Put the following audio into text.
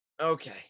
Okay